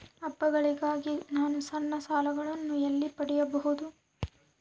ಹಬ್ಬಗಳಿಗಾಗಿ ನಾನು ಸಣ್ಣ ಸಾಲಗಳನ್ನು ಎಲ್ಲಿ ಪಡಿಬಹುದು?